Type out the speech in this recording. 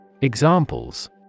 Examples